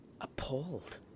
appalled